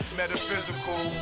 metaphysical